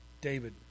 David